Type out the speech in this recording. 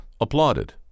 applauded